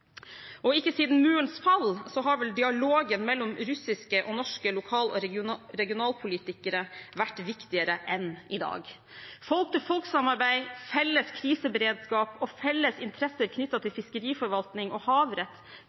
samarbeid. Ikke siden murens fall har vel dialogen mellom russiske og norske lokal- og regionalpolitikere vært viktigere enn i dag. Folk-til-folk-samarbeid, felles kriseberedskap og felles interesser knyttet til fiskeriforvaltning og havrett